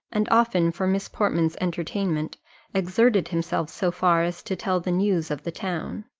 and often for miss portman's entertainment exerted himself so far as to tell the news of the town.